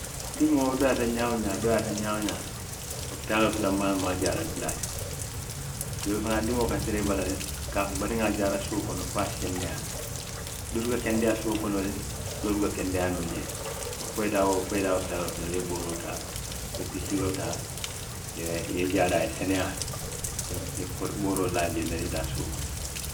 Dimoo wo dooyaata ñaa woo ñaa a dooyaata ñaa woo ñaa, opitaaloo to danmaa lemu a jaarali dulaa ti, doolu fanaa dimoo ka tari i bala le, i ka a fo n batu n ŋa jaara suo kono, fo a si kendeyaa doolu ka kendeyaa suo kono le, doolu buka kendeyaa noo jee, wo fo i ye taa fo i ye taa opitaaloo to, i ye booroo taa, i ye pikiiroo taa, i ye i jaara a ye seneyaa, i ye i ye booroo laa jee, i ye taa suo kono